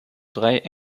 drei